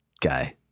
guy